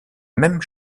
mêmes